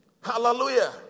hallelujah